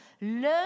Learn